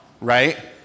Right